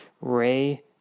Ray